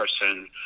person